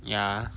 ya